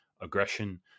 aggression